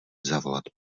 zavolat